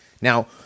Now